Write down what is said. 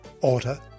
Order